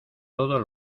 todos